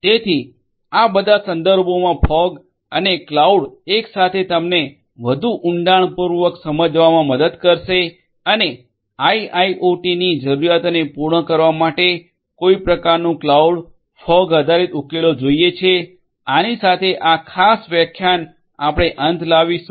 તેથી આ બધા સંદર્ભોમાં ફોગ અને ક્લાઉડ એક સાથે તમને વધુ ઉડાણપૂર્વક સમજવામાં મદદ કરશે અને આઇઆઇઓટીની જરૂરિયાતોને પૂર્ણ કરવા માટે કોઈ પ્રકારનું ક્લાઉડ ફોગ આધારિત ઉકેલો જોઈએ છે આની સાથે આ ખાસ વ્યાખ્યાન આપણે અંત લાવીશું